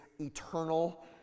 eternal